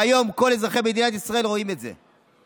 והיום כל אזרחי מדינת ישראל רואים את זה.